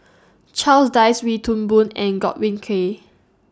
Charles Dyce Wee Toon Boon and Godwin Koay